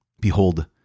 Behold